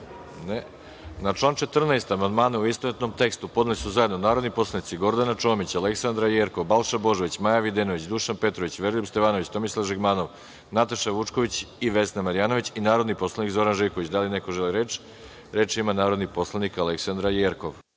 član 14. amandmane, u istovetnom tekstu podneli su zajedno narodni poslanici Gordana Čomić, Aleksandra Jerkov, Balša Božović, Maja Videnović, Dušan Petrović, Veroljub Stevanović, Tomislav Žigmanov, Nataša Vučković i Vesna Marjanović i narodni poslanik Zoran Živković. Da li neko želi reč? Reč ima narodni poslanik Aleksandra Jerkov.